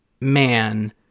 man